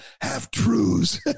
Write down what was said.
half-truths